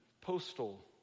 postal